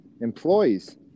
employees